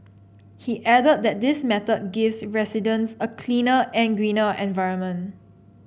he added that this method gives residents a cleaner and greener environment